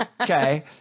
Okay